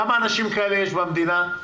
כמה אנשים כאלה יש במדינה?